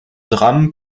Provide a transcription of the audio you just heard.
drames